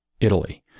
Italy